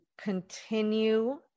continue